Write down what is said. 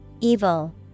Evil